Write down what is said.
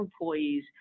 employees